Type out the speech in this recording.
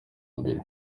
mbere